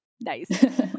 Nice